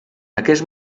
aquest